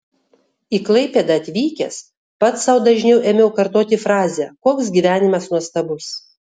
į klaipėdą atvykęs pats sau dažniau ėmiau kartoti frazę koks gyvenimas nuostabus